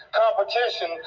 competition